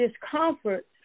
discomfort